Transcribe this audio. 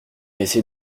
essayé